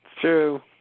True